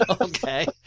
Okay